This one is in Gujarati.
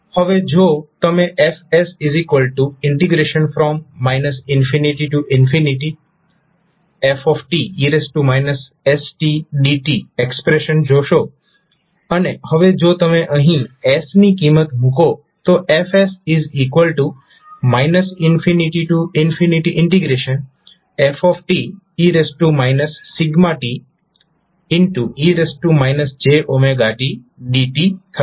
હવે જો તમે F f e stdt expression જોશો અને હવે જો તમે અહીં s ની કિંમત મૂકો તો F f e t e jtdt થશે